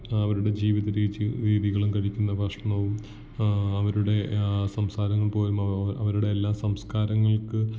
അവരുടെ ജീവിതരീതി രീതികളും കഴിക്കുന്ന ഭക്ഷണവും അവരുടെ സംസാരം പൊയ്മ അവരുടെ എല്ലാ സംസ്കാരങ്ങള്ക്ക്